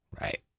Right